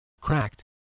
cracked